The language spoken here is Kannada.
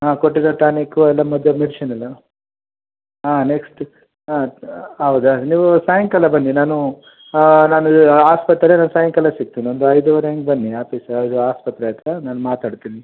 ಹಾಂ ಕೊಟ್ಟಿರೋ ಟಾನಿಕು ಎಲ್ಲ ಮದ್ಯ ಮೆಡಿಶನೆಲ್ಲ ಹಾಂ ನೆಕ್ಸ್ಟ್ ಹಾಂ ಹೌದಾ ನೀವು ಸಾಯಂಕಾಲ ಬನ್ನಿ ನಾನು ನಾನು ಆಸ್ಪತ್ರೆನಲ್ಲಿ ಸಾಯಂಕಾಲ ಸಿಕ್ತೀನಿ ಒಂದು ಐದುವರೆಯಂಗೆ ಬನ್ನಿ ಆಫೀಸ್ ಇದು ಆಸ್ಪತ್ರೆ ಹತ್ರ ನಾನು ಮಾತಾಡ್ತೀನಿ